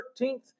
13th